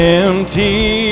empty